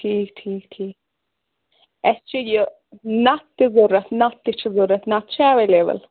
ٹھیٖک ٹھیٖک ٹھیٖک اَسہِ چھُ یہِ نَتھ تہِ ضروٗرت نَتھ تہِ چھِ ضرَوٗرت نَتھ چھا ایویلیبٕل